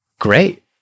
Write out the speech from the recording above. Great